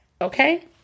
Okay